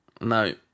No